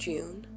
June